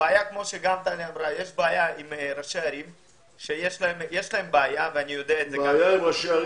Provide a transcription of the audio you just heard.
הבעיה, כפי שטלי אמרה, יש בעיה עם ראשי ערים.